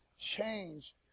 change